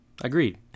agreed